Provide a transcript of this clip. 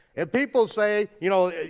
if people say, you know,